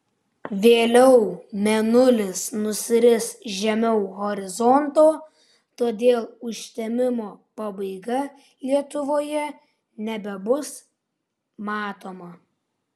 vėliau mėnulis nusiris žemiau horizonto todėl užtemimo pabaiga lietuvoje nebebus matoma